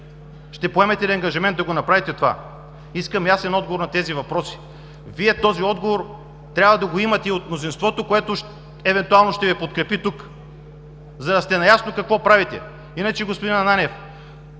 Ще поемете ли ангажимент да направите това? Искам ясен отговор на тези въпроси. Този отговор Вие трябва да го имате и от мнозинството, което евентуално ще Ви подкрепи тук, за да сте наясно какво правите. Господин Ананиев,